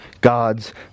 God's